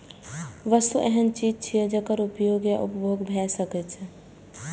वस्तु एहन चीज छियै, जेकर उपयोग या उपभोग भए सकै छै